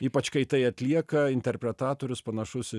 ypač kai tai atlieka interpretatorius panašus į